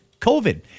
COVID